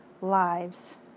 lives